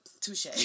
touche